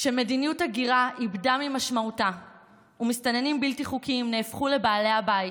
כשמדיניות ההגירה איבדה ממשמעותה ומסתננים בלתי חוקיים הפכו לבעלי הבית,